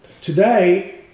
Today